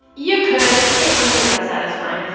you could. it wouldn't be that satisfying.